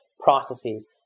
processes